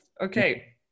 okay